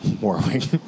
Warwick